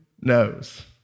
knows